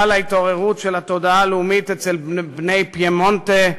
להתעוררות של התודעה הלאומית אצל בני פיימונטה,